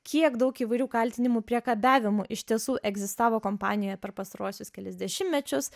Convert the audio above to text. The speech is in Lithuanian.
kiek daug įvairių kaltinimų priekabiavimu iš tiesų egzistavo kompanijoje per pastaruosius kelis dešimtmečius